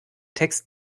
text